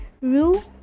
Rue